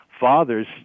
fathers